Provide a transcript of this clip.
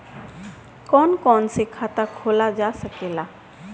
कौन कौन से खाता खोला जा सके ला?